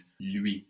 lui